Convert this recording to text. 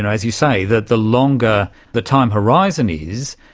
and as you say, the the longer the time horizon is,